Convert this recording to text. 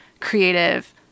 creative